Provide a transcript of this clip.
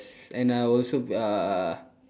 and I also uh